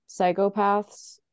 psychopaths